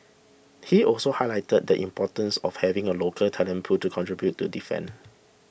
he also highlighted the importance of having a local talent pool to contribute to defence